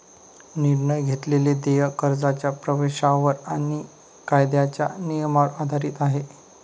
निर्णय घेतलेले देय कर्जाच्या प्रवेशावर आणि कायद्याच्या नियमांवर आधारित आहे